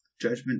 Judgment